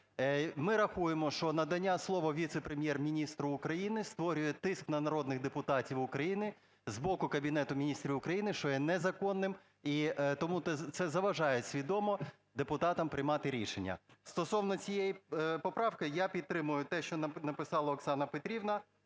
Ми рахуємо, що надання слова віце-прем'єр-міністру України створює тиск на народних депутатів України з боку Кабінету Міністрів України, що є незаконним. І тому це заважає свідомо депутатам приймати рішення. Стосовно цієї поправки, я підтримує те, що написала Оксана Петрівна.